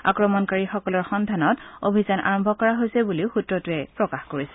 আক্ৰমণকাৰীসকলৰ সন্ধানত অভিযান আৰম্ভ কৰা হৈছে বুলি সূত্ৰটোৱে প্ৰকাশ কৰিছে